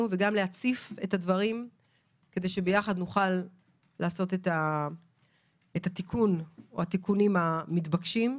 ולהציף את הדברים כדי שביחד נוכל לעשות את התיקונים המתבקשים.